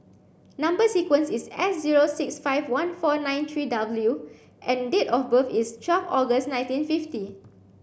number sequence is S zero six five one four nine three W and date of birth is twelve August nineteen fifty